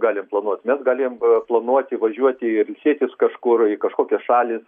galim planuot mes galim planuoti važiuoti ir ilsėtis kažkur į kažkokią šalį